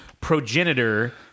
progenitor